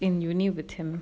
in uni with him